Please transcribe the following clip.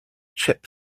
chip